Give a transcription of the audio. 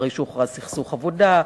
אחרי שהוכרז סכסוך עבודה,